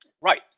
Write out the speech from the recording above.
right